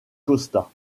costa